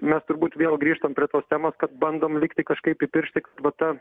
mes turbūt vėl grįžtam prie tos temos kad bandom lygtai kažkaip įpiršti vat tą